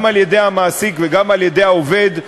גם על-ידי המעסיק וגם על-ידי העובד,